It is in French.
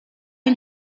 est